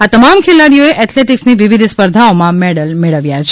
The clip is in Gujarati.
આ તમામ ખેલાડીઓએ એથેલેટીક્સની વિવિધ સ્પર્ધાઓમાં મેડલ મેળવ્યા છે